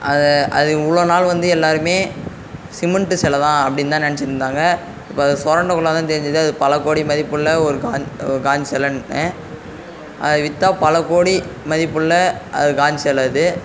அதை அது இவ்வளோ நாள் வந்து எல்லோருமே சிமென்ட் சில தான் அப்படின்னு தான் நினச்சிட்டு இருந்தாங்க இப்போ அது சுரண்ட குள்ள தான் தெரிஞ்சது அது பல கோடி மதிப்புள்ள ஒரு காந்தி சிலன்னு அது விற்றா பல கோடி மதிப்புள்ள காந்தி செலை அது